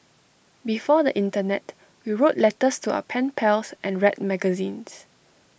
before the Internet we wrote letters to our pen pals and read magazines